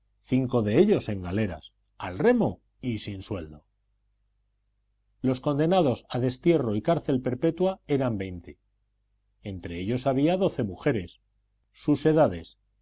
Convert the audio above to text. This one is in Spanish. cinco de ellos en galeras al remo y sin sueldo los condenados a destierro y cárcel perpetua eran veinte entre ellos había doce mujeres sus edades